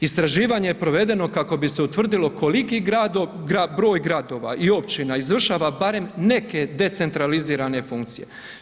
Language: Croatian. Istraživanje je provedeno kako bi se utvrdilo koliki broj gradova i općina izvršava barem neke decentralizirane funkcije.